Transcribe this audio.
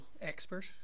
expert